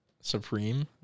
Supreme